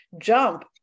jump